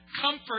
Comfort